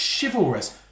chivalrous